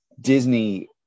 Disney